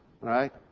right